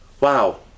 wow